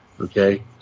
okay